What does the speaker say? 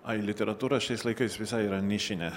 ar literatūra šiais laikais visai yra nišinė